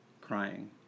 crying